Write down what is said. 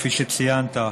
כפי שציינת,